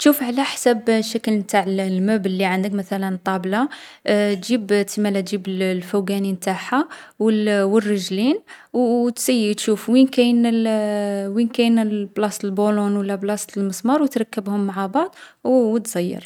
تشوف على حساب الشكل نتاع الـ الموبل لي عندك. مثلا، الطابلة تجيب تسمالا تجيب الفوقاني نتاعها و الـ و الرجلين و تسيي تشوف وين كاين الـ وين كاين الـ بلاصة البولون و لابلاصة المسمار و تركّبهم مع بعض و و تزيّر.